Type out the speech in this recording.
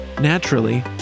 Naturally